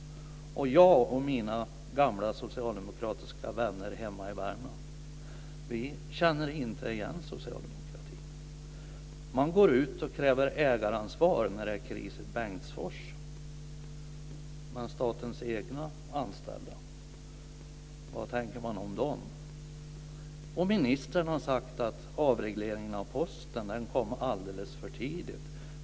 Jag och mina gamla socialdemokratiska vänner hemma i Värmland känner inte igen socialdemokratin. Man går ut och kräver ägaransvar när det är kris i Bengtsfors, men vad tänker man om statens egna anställda? Ministern har sagt att avregleringen av Posten kom alldeles för tidigt.